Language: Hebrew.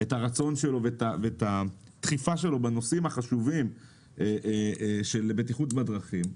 את הרצון שלו ואת הדחיפה שלו בנושאים החשובים של בטיחות בדרכים,